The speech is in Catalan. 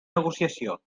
negociació